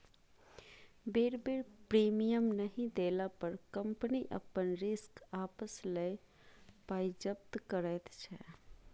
बेर बेर प्रीमियम नहि देला पर कंपनी अपन रिस्क आपिस लए पाइ जब्त करैत छै